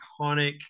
iconic